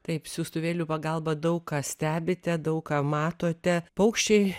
taip siųstuvėlių pagalba daug ką stebite daug ką matote paukščiai